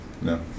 no